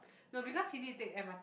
no because he need to take M_R_T